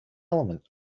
element